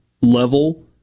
level